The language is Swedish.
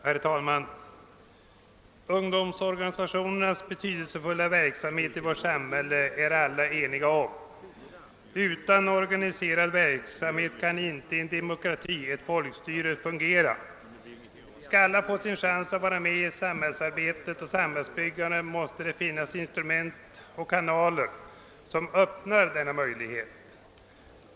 Herr talman! Att ungdomsorganisationernas verksamhet i vårt samhälle är betydelsefull är vi alla eniga om. Utan organiserad verksamhet kan inte en demokrati, ett folkstyre, fungera. Skall alla få sin chans att vara med i samhällsarbetet och samhällsbyggandet måste det finnas instrument och kanaler som ger möjlighet därtill.